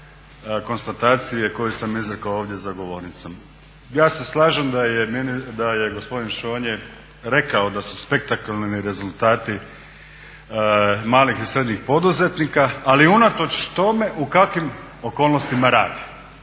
dio konstatacije koju sam izrekao ovdje za govornicom. Ja se slažem da je gospodin Šonje rekao da su spektakularni rezultati malih i srednjih poduzetnika ali unatoč tome u kakvim okolnostima rade,